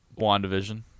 Wandavision